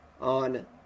on